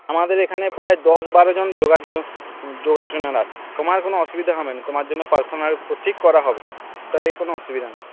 আমাদের এখানে প্রায় দশ বারোজন যোগা যোগা ট্রেনার আছে তোমার কোনো অসুবিধা হবে না তোমার জন্য পার্সোনাল ঠিক করা হবে তাহলে কোনো অসুবিধা নেই